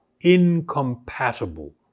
incompatible